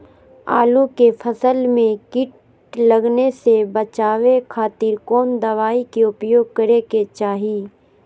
आलू के फसल में कीट लगने से बचावे खातिर कौन दवाई के उपयोग करे के चाही?